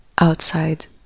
outside